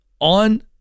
on